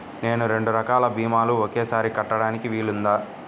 నేను రెండు రకాల భీమాలు ఒకేసారి కట్టడానికి వీలుందా?